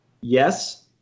yes